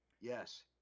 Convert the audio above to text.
yes